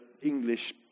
English